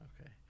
Okay